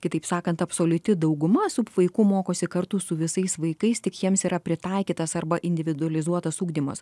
kitaip sakant absoliuti dauguma su vaiku mokosi kartu su visais vaikais tik jiems yra pritaikytas arba individualizuotas ugdymas